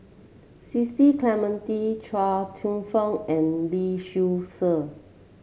Cecil Clementi Chuang Hsueh Fang and Lee Seow Ser